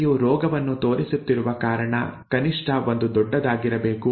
ವ್ಯಕ್ತಿಯು ರೋಗವನ್ನು ತೋರಿಸುತ್ತಿರುವ ಕಾರಣ ಕನಿಷ್ಠ ಒಂದು ದೊಡ್ಡದಾಗಿರಬೇಕು